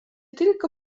tylko